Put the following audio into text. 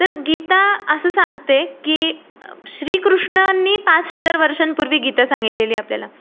तर गीता असं सांगते की श्रीकृष्णांनी पाच हजार वर्षांपूर्वी गीता सांगितलेली आपल्याला